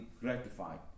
gratified